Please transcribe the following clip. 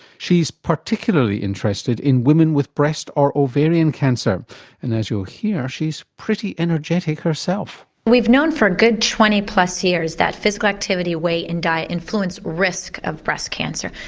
she's particularly interested in women with breast or ovarian cancer and as you'll hear, she's pretty energetic herself. we've known for a good twenty plus years that physical activity, weight and diet influence risk of breast cancer.